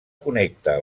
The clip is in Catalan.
connecta